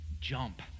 Jump